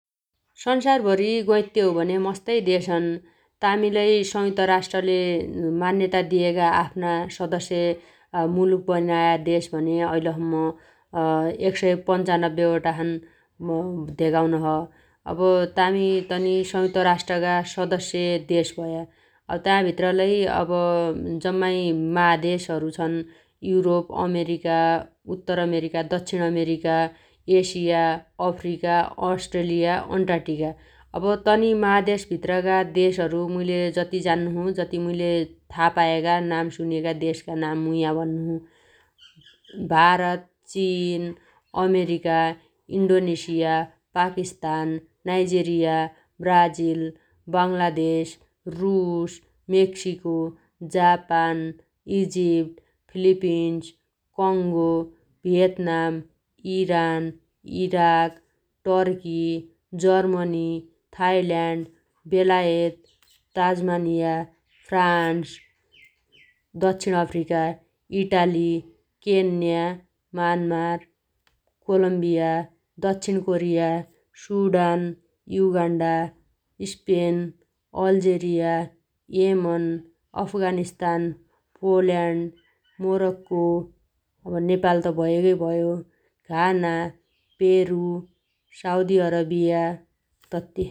स‌‌सारभरी गैत्ते हौ भने मस्तै देश छन् । तामी लै संयुक्त राष्ट्रले मान्यता दिएगा आफ्ना सदस्य मुलुक बनाया देश भने ऐलसम्म एक सय पन्चानब्बे वटा छन् धेगाउनो छ । अब तामी तनि संयुक्त राष्ट्रगा सदस्य देश भया । अब ताभित्र लै अब जम्माइ महादेशहरु छन् । युरोप अमेरिका उत्तर अमेरिका दक्षिण America Asia Africa Australia Antarctica. अब तनि महादेश भित्रगा देशहरु मुइले जति जान्नोछु जति मुइले थापा पाएगा नाम सुनेगा देशगा नाम मु या भन्नोछु । भारत चीन America Indonesia Pakistan Nigeria Brazil Bangladesh रुस Mexico Japan Egypt Philippines Congo Vietnam Iran Iraq Turkey Germany Thailand बेलायत ताज्मानिया फ्रान्स दक्षिण Africa Italy Kenya Myanmar Colombia दक्षिण Korea Sudan Uganda Spain Algeria Yemen Afghanistan Poland Morocco Nepal त भयगै भयो घाना पेरु साउदी अरबिया तत्ति ।